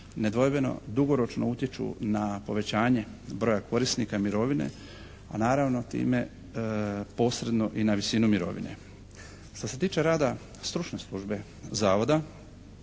nedvojbeno dugoročno utječu na povećanje broja korisnika mirovine a naravno time posredno i na visinu mirovine. Što se tiče rada stručne službe zavoda